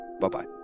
Bye-bye